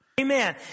Amen